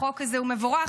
החוק הזה הוא מבורך,